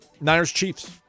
Niners-Chiefs